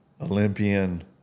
olympian